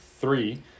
three